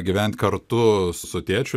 gyvent kartu su tėčiu